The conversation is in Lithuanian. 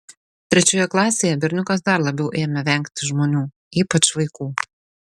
trečioje klasėje berniukas dar labiau ėmė vengti žmonių ypač vaikų